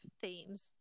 themes